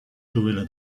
gorilla